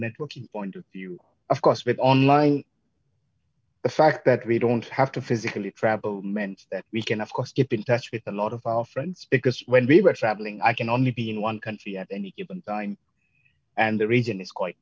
of view of course with online the fact that we don't have to physically travel meant that we can of course keep in touch with a lot of our friends because when we were traveling i can only be in one country at any given time and the reason is quite